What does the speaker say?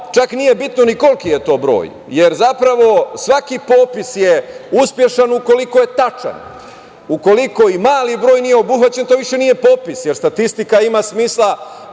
Čak nije bitno ni koliki je to broj, jer zapravo svaki popis je uspešan ukoliko je tačan. Ukoliko i mali broj nije obuhvaćen, to više nije popis jer statistika ima smisla